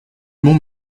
m’ont